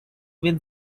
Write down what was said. win